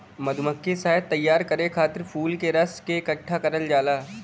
मधुमक्खी शहद तैयार करे खातिर फूल के रस के इकठ्ठा करल जाला